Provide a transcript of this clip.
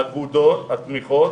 האגודות, התמיכות,